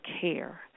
care